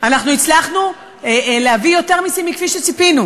הצלחנו להביא יותר מסים מכפי שציפינו,